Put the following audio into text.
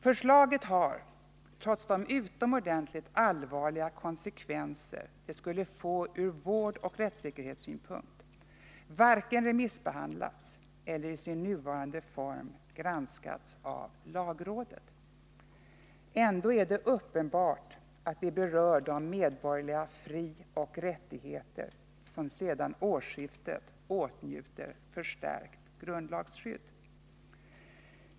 Förslaget har, trots de utomordentligt allvarliga konsekvenser det skulle få ur vårdoch rättssäkerhetssynpunkt, varken remissbehandlats eller i sin nuvarande form granskats av lagrådet. Ändå är det uppenbart att det berör de medborgerliga frioch rättigheter som sedan årsskiftet åtnjuter förstärkt grundlagsskydd.